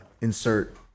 Insert